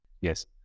yes